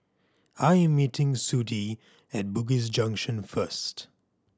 I am meeting Sudie at Bugis Junction first